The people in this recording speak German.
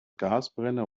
gasbrenner